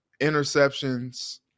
interceptions